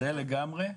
זה לגמרי.